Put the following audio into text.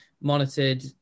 monitored